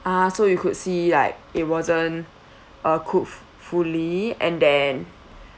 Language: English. ah so you could see like it wasn't uh cooked fully and then